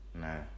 no